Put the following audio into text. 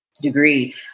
degree